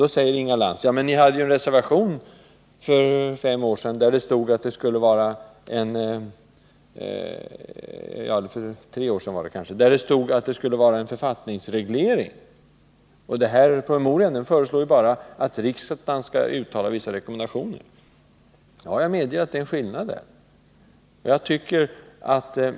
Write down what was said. Då säger Inga Lantz: Ja, men vi hade ju en reservation för tre år sedan, där det stod att det skulle vara en författningsreglering, och promemorian föreslår bara att riksdagen skall uttala vissa rekommendationer. Ja, jag medger att det är en skillnad.